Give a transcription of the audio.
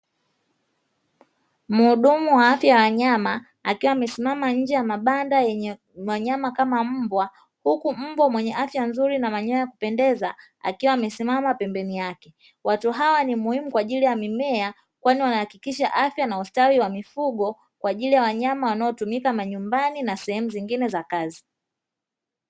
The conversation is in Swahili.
Mhudumu wa afya ya wanyama akiwa amesimama nje ya mabanda yenye wanyama kama mbwa, huku mbwa mwenye afya nzuri na manyoya ya kupendeza akiwa amesimama pembeni yake, watu hawa ni muhimu kwa ajili ya mimea kwani wanahakikisha afya na ustawi wa mifugo, kwa ajili ya wanyama wanatumika manyumbani na sehemu nyingine za kazi.